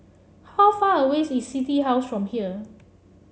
how far away is City House from here